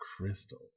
Crystal